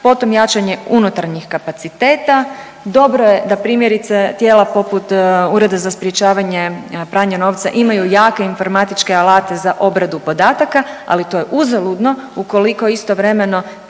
Potom jačanje unutarnjih kapaciteta. Dobro je da primjerice tijela poput Ureda za sprječavanje pranja novca imaju jake informatičke alate za obradu podataka, ali to je uzaludno ukoliko istovremeno